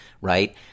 right